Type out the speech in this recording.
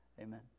Amen